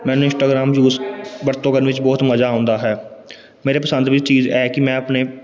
ਮੈਨੂੰ Instagram use ਵਰਤੋਂ ਕਰਨ ਵਿੱਚ ਬਹੁਤ ਮਜ਼ਾ ਆਉਂਦਾ ਹੈ ਮੇਰੇ ਪਸੰਦ ਵਿੱਚ ਚੀਜ਼ ਇਹ ਕਿ ਮੈਂ ਆਪਣੇ